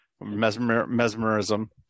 mesmerism